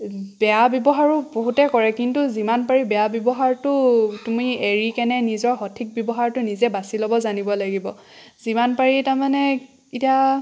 বেয়া ব্যৱহাৰো বহুতেই কৰে কিন্তু যিমান পাৰি বেয়া ব্যৱহাৰটো তুমি এৰি কেনে নিজক সঠিক ব্যৱহাৰটো নিজে বাছি ল'ব জানিব লাগিব যিমান পাৰি তাৰমানে এতিয়া